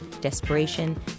desperation